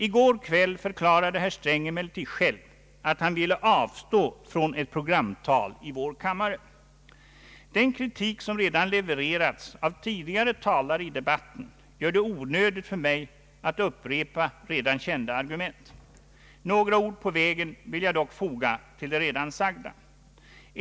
I går kväll förklarade herr Sträng emellertid själv att han ville avstå från ett programtal i vår kammare, Den kritik som redan levererats av tidigare talare i debatten gör det onödigt för mig att upprepa redan kända argument. Några ord på vägen vill jag dock foga till det redan sagda.